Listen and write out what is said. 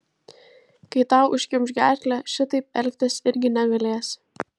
kai tau užkimš gerklę šitaip elgtis irgi negalėsi